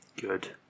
Good